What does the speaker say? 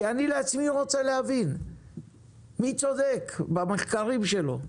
כי אני לעצמי רוצה להבין מי צודק במחקרים שלו,